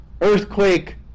Earthquake